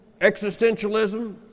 existentialism